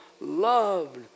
loved